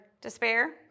Despair